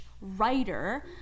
writer